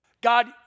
God